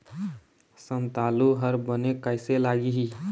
संतालु हर बने कैसे लागिही?